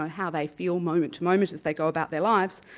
how they feel moment-to-moment as they go about their lives,